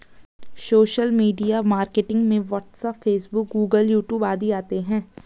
social media marketing में WhatsApp Facebook Google YouTube आदि आते है